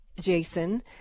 Jason